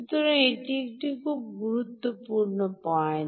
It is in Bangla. সুতরাং এটি একটি খুব গুরুত্বপূর্ণ পয়েন্ট